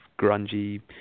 grungy